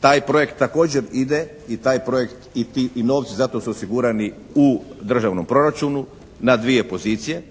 Taj projekt također ide i taj projekt i ti, i novci za to su osigurani u državnom proračunu na dvije pozicije.